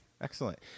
Excellent